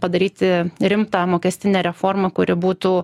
padaryti rimtą mokestinę reformą kuri būtų